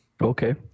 Okay